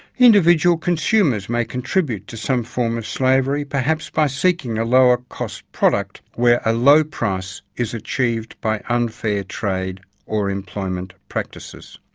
individual consumers may contribute to some form of slavery, perhaps by seeking a lowest-cost product where a low price is achieved by un-fair trade or employment practices.